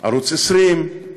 ערוץ 20,